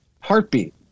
Heartbeat